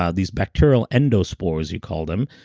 ah these bacterial endospores, you call them,